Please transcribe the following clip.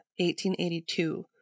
1882